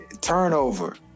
turnover